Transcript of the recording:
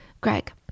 Greg